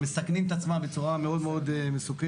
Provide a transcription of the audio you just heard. מסכנים את עצמם בצורה מאוד מאוד מסוכנת.